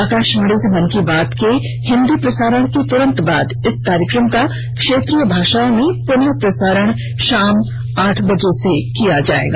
आकाशवाणी से मन की बात के हिंदी प्रसारण के तुरन्त बाद इस कार्यक्रम का क्षेत्रीय भाषाओं में पुनः प्रसारण शाम को आठ बजे किया जाएगा